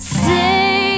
say